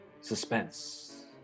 Suspense